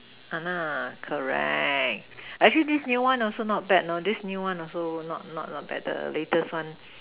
!hanna! correct actually this new one also not bad know this new one also not not bad the latest one